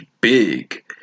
big